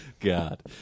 God